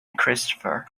christopher